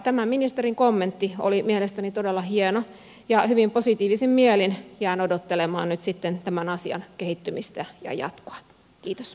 tämä ministerin kommentti oli mielestäni todella hieno ja hyvin positiivisin mielin jään odottelemaan nyt sitten tämän asian kehittymistä ja jatkoa